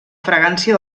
fragància